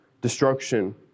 destruction